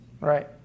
Right